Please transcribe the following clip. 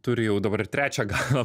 turi jau dabar ir trečią galą